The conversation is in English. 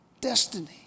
destiny